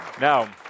Now